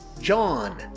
John